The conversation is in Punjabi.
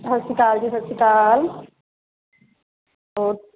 ਸਤਿ ਸ਼੍ਰੀ ਅਕਾਲ ਜੀ ਸਤਿ ਸ਼੍ਰੀ ਅਕਾਲ ਹੋਰ